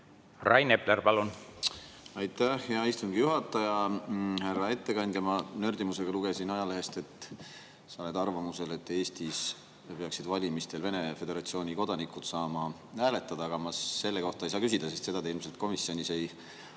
pensionärid? Aitäh, hea istungi juhataja! Härra ettekandja! Nördimusega lugesin ajalehest, et sa oled arvamusel, et Eestis peaksid valimistel Vene föderatsiooni kodanikud saama hääletada. Aga selle kohta ma ei saa küsida, sest seda te ilmselt komisjonis ei arutanud.